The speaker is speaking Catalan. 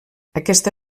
aquesta